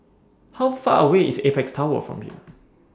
How Far away IS Apex Tower from here